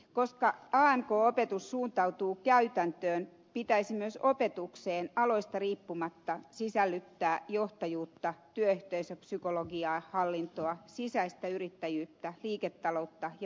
koska amk opetus suuntautuu käytäntöön pitäisi myös opetukseen aloista riippumatta sisällyttää johtajuutta työyhteisöpsykologiaa hallintoa sisäistä yrittäjyyttä liiketaloutta ja markkinoinnin perusteita